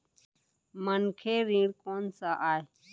मनखे ऋण कोन स आय?